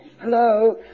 Hello